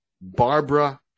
Barbara